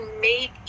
made